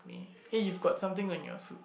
meh eh you've got something on your suit